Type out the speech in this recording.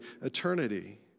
eternity